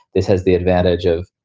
this has the advantage of.